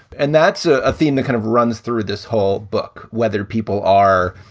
and that's a theme that kind of runs through this whole book, whether people are,